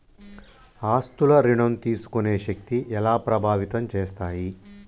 ఆస్తుల ఋణం తీసుకునే శక్తి ఎలా ప్రభావితం చేస్తాయి?